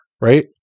right